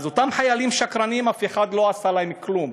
אז לאותם חיילים שקרנים אף אחד לא עשה כלום,